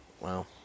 Wow